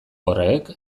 horrek